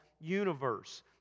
universe